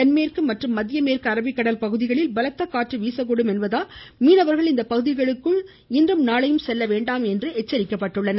தென்மேற்கு மற்றும் மத்திய மேற்கு அரபிக்கடல் பகுதிகளில் பலத்த காற்று வீசக்கூடும் என்பதால் மீனவர்கள் இப்பகுதிகளுக்கு இன்றும் நாளையும் செல்ல வேண்டாம் என அறிவுறுத்தப்பட்டுள்ளனர்